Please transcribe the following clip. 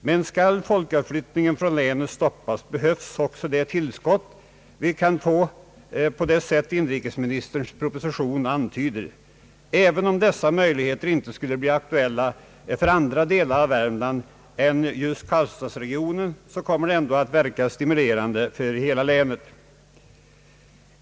Men skall folkavflyttningen från länet stoppas behövs också det tillskott som vi kan få på det sätt inrikesministerns proposition antyder. även om dessa möjligheter inte skulle bli aktuella för andra delar av Värmland än karlstadsregionen så kommer det ändå att verka stimulerande för hela länet.